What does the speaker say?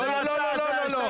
לא, לא, לא, זה לא מתודי.